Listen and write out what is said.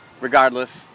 regardless